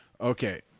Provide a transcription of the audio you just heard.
Okay